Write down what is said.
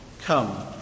Come